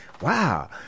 wow